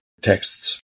texts